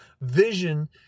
vision